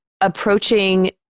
approaching